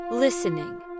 listening